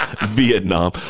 Vietnam